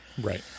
right